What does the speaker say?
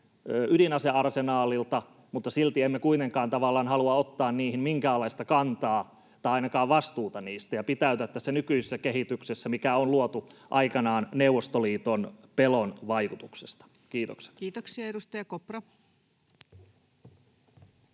ydinasearsenaalilta, mutta silti emme kuitenkaan tavallaan halua ottaa niihin minkäänlaista kantaa tai ainakaan vastuuta niistä ja pitäytyä tässä nykyisessä kehityksessä, mikä on luotu aikanaan Neuvostoliiton pelon vaikutuksesta. — Kiitokset.